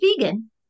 vegan